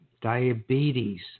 diabetes